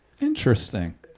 Interesting